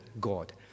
God